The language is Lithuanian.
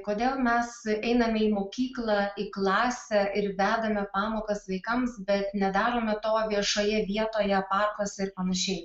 kodėl mes einame į mokyklą į klasę ir vedame pamokas vaikams bet nedarome to viešoje vietoje parkuose ir panašiai